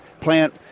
plant